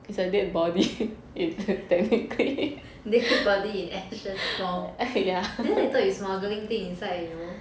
dead body in ashes form then later they thought you smuggling things inside you know